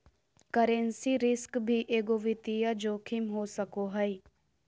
currency risk भी एगो वित्तीय जोखिम हो सको हय